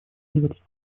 двадцать